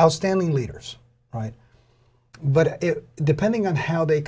outstanding leaders right but depending on how they